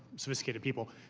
sophisticated people,